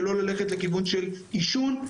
ולא ללכת לכיוון של עישון.